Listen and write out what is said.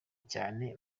cyane